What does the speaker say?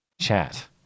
chat